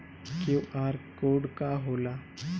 QR code का होला?